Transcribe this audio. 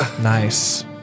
Nice